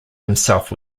himself